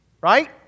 Right